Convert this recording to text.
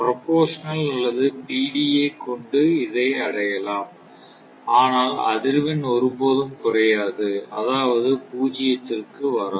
proportional அல்லது PD ஐ கொண்டு இதை அடையலாம் ஆனால் அதிர்வெண் ஒருபோதும் குறையாது அதாவது பூஜ்ஜியத்திற்கு வராது